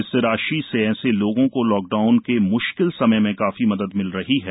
इस राशि से ऐसे लोगों को लॉकडाउन के म्श्किल समय में काफी मदद मिल रही है